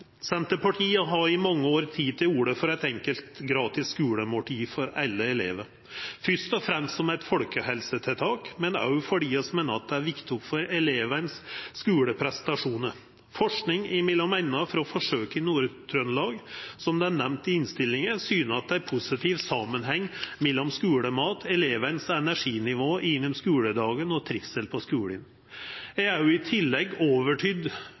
Senterpartiet har i mange år teke til orde for eit enkelt, gratis skulemåltid for alle elevar – fyrst og fremst som eit folkehelsetiltak, men også fordi vi meiner det er viktig for elevanes skuleprestasjonar. Forsking, m.a. frå forsøket i Nord-Trøndelag som er nemnt i innstillinga, syner at det er ein positiv samanheng mellom skulemat, elevanes energinivå gjennom skuledagen og trivsel på skulen. Eg er i tillegg overtydd